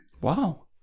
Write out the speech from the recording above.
wow